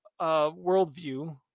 worldview